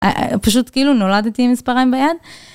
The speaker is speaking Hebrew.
א... פשוט כאילו נולדתי עם מספריים ביד.